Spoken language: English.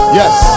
yes